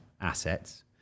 assets